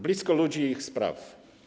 Blisko ludzi i ich spraw.